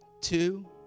two